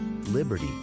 Liberty